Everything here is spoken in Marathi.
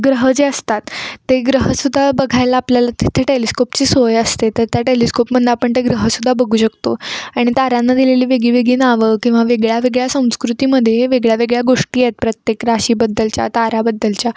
ग्रह जे असतात ते ग्रह सुद्धा बघायला आपल्याला तिथे टेलिस्कोपची सोय असते तर त्या टेलिस्कोपमधून आपण ते ग्रह सुद्धा बघू शकतो आणि ताऱ्यांना दिलेली वेगळी वेगळी नावं किंवा वेगळ्या वेगळ्या संस्कृतीमध्ये वेगळ्या वेगळ्या गोष्टी आहेत प्रत्येक राशीबद्दलच्या ताराबद्दलच्या